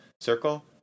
circle